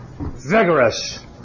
Vigorous